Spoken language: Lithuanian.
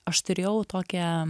aš turėjau tokią